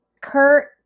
Kurt